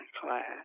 class